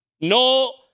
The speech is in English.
no